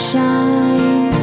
Shine